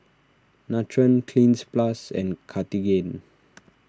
Nutren Cleanz Plus and Cartigain